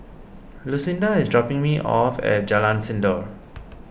Lucinda is dropping me off at Jalan Sindor